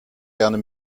gerne